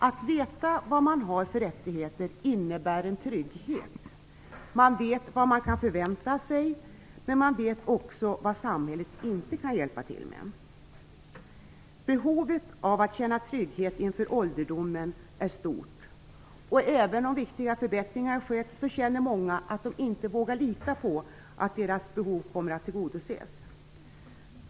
Att veta vad man har för rättigheter innebär en trygghet - man vet vad man kan förvänta sig men också vad samhället inte kan hjälpa till med. Behovet av att känna trygghet inför ålderdomen är stort. Även om viktiga förbättringar har skett, känner många att de inte vågar lita på att deras behov kommer att tillgodoses.